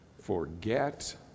Forget